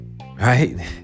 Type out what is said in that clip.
right